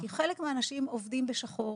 כי חלק מהאנשים עובדים בשחור,